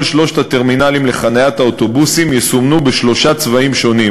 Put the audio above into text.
כל שלושת הטרמינלים לחניית האוטובוסים יסומנו בשלושה צבעים שונים,